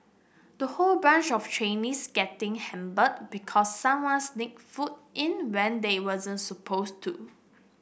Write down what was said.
the whole batch of trainees getting because someone sneaked food in when they were then supposed to